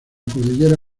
cordillera